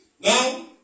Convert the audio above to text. Now